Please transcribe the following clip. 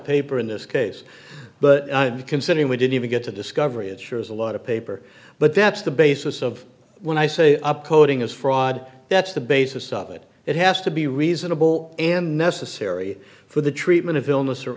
paper in this case but considering we didn't even get to discovery it sure is a lot of paper but that's the basis of when i say up coding is fraud that's the basis of it it has to be reasonable and necessary for the treatment of illness or